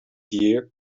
year